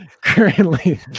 Currently